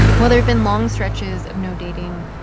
while there have been long stretches of no dating,